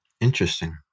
Interesting